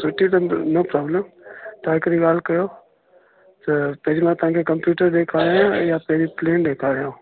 सुठे अथनि त न आहे न तव्हां हिकिड़ी ॻाल्हि कयो त पहिरीं मां तव्हां खे कंप्यूटर ॾेखारिया या पहिरीं प्लेन ॾेखारियां